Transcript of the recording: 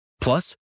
Plus